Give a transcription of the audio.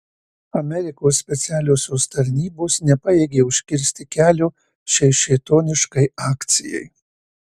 amerikos specialiosios tarnybos nepajėgė užkirsti kelio šiai šėtoniškai akcijai